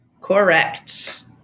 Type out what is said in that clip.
Correct